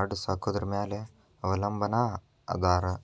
ಆಡ ಸಾಕೊದ್ರ ಮ್ಯಾಲೆ ಅವಲಂಬನಾ ಅದಾರ